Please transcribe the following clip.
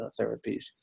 therapies